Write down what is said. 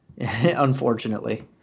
unfortunately